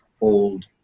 old